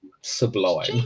sublime